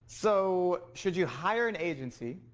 so, should you hire an agency?